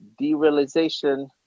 derealization